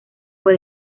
por